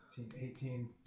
18